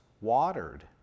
watered